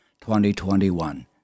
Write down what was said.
2021